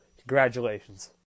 Congratulations